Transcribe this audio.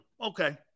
Okay